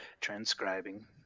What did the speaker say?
transcribing